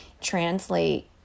translate